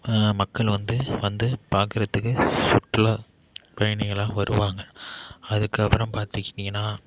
மக்கள் வந்து வந்து பார்க்குறத்துக்கு சுற்றுலா பயணிகளெலாம் வருவாங்க அதுக்கு அப்புறம் பார்த்துக்கிட்டிங்கன்னா